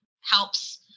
helps